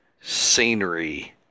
scenery